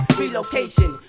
relocation